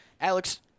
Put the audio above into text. Alex